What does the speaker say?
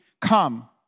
come